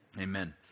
Amen